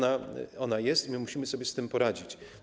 Tak jest i my musimy sobie z tym poradzić.